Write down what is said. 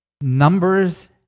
Numbers